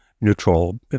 neutral